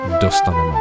dostaneme